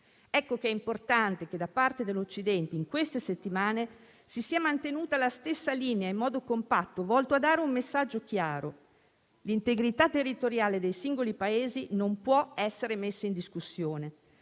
Ecco che è importante che, da parte dell'Occidente, si sia mantenuta in queste settimane la stessa linea in modo compatto, volto a dare un messaggio chiaro: l'integrità territoriale dei singoli Paesi non può essere messa in discussione.